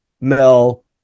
Mel